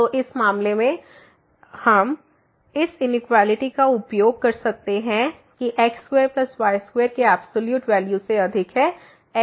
तो इस मामले में हम इस इनइक्वालिटी का उपयोग कर सकते हैं कि x2y2 के एब्सॉल्यूट वैल्यू से अधिक है xy